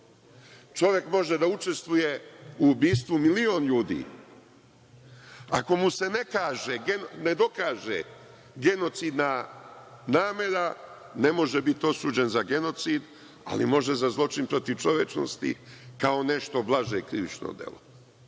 Čovek može da učestvuje u ubistvu milion ljudi. Ako mu se ne dokaže genocidna namera ne može biti osuđen za genocid, ali može za zločin protiv čovečnosti kao nešto blaže krivično delo